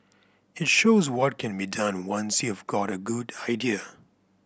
it shows what can be done once you've got a good idea